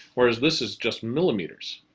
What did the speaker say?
whereas, this is just millimeters.